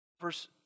Verse